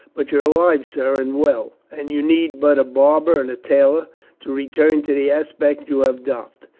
but you're alive, sir, and well, and you need but a barber and a tailor to return to the aspect you have doffed.